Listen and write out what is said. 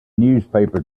newspaper